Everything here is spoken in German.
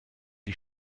die